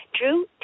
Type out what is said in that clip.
Drew